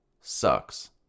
sucks